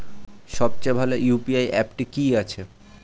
সবচেয়ে ভালো ইউ.পি.আই অ্যাপটি কি আছে?